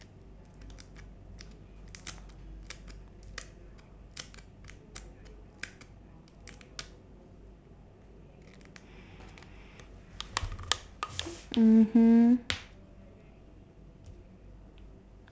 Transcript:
mmhmm